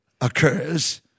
occurs